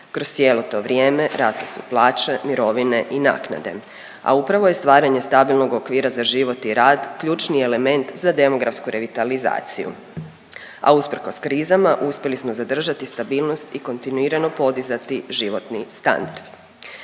Kroz cijelo to vrijeme rasle su plaće, mirovine i naknade, a upravo je stvaranje stabilnog okvira za život i rad ključni element za demografsku revitalizaciju, a usprkos krizama uspjeli smo zadržati stabilnost i kontinuirano podizati životni standard.